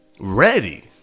ready